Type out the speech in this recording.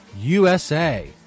USA